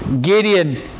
Gideon